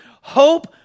hope